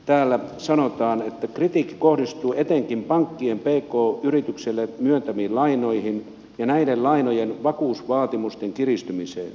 täällä sanotaan että kritiikki kohdistuu etenkin pankkien pk yrityksille myöntämiin lainoihin ja näiden lainojen vakuusvaatimusten kiristymiseen